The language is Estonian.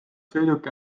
sõiduki